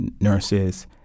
nurses